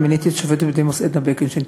אני מיניתי את השופטת בדימוס עדנה בקנשטיין.